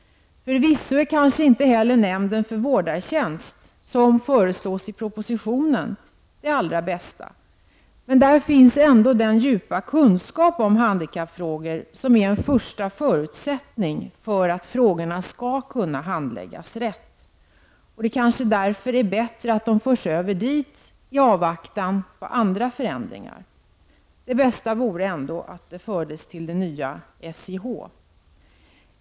Förvisso är kanske inte heller nämnden för vårdartjänst, som föreslås i propositionen, det bästa. Men där finns ändå den djupa kunskap om handikappfrågor som är en första förutsättning för att frågorna skall kunna handläggas rätt. Det är kanske därför bättre att frågorna förs över dit i avvaktan på andra förändringar. Det bästa vore ändock om de fördes till det nya SIH.